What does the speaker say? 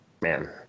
man